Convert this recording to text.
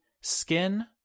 skin